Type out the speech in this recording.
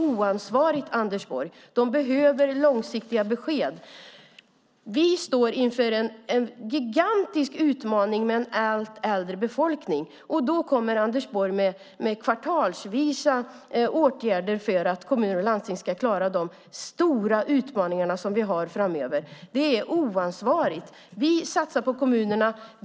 Men de behöver långsiktiga besked! Vi står inför en gigantisk utmaning med en allt äldre befolkning. Då kommer Anders Borg med kvartalsvisa åtgärder för att kommuner och landsting ska klara de stora utmaningar vi har framöver. Det är oansvarigt. Vi satsar på kommunerna.